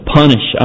punish